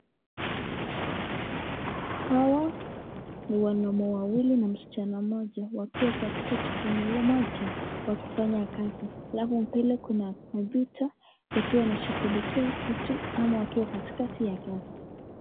Hawa ni wanaume wawili na msichana mmoja wakiwa katika jikumu moja wakifanya kazi lao, mbele kuna kompyuta wanashughulikia kitu ama wakiwa katika katikati ya kazi.